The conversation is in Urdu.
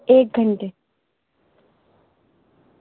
ایک گھنٹے